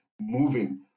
moving